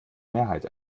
mehrheit